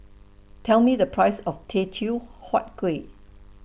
Tell Me The Price of Teochew Huat Kuih